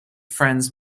friends